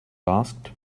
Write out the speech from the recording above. asked